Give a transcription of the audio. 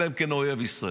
אלא אם כן הוא אויב ישראל,